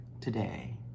today